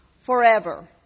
forever